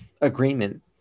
agreement